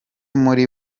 muri